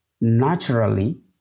Naturally